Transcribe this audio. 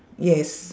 yes